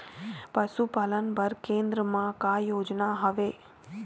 पशुपालन बर केन्द्र म का योजना हवे?